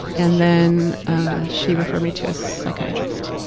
and then she referred me to a psychiatrist.